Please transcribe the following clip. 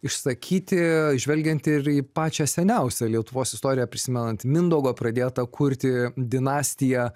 išsakyti žvelgiant ir į pačią seniausią lietuvos istoriją prisimenant mindaugo pradėtą kurti dinastiją